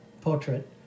portrait